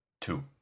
Two